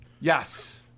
Yes